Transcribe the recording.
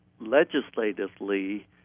legislatively